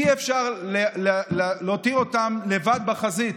אי-אפשר להותיר אותם לבד בחזית.